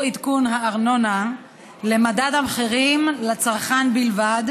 עדכון הארנונה למדד המחירים לצרכן בלבד,